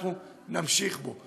אנחנו נמשיך בו.